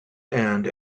and